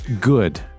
good